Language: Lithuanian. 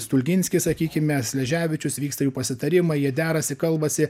stulginskis sakykime sleževičius vyksta jų pasitarimai jie derasi kalbasi